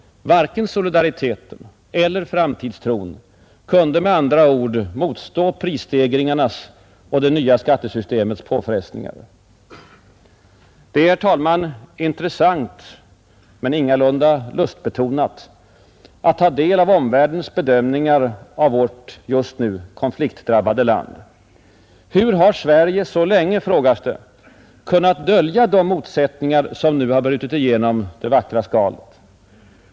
Varken solidariteten eller framtidstron kunde med andra ord motstå prisstegringarnas och det nya skattesystemets påfrestningar. Det är, herr talman, intressant — men ingalunda lustbetonat — att ta del av omvärldens bedömningar av vårt just nu konfliktdrabbade land. Hur har Sverige så länge, frågas det, kunnat dölja de motsättningar som nu har brutit igenom det vackra skalet?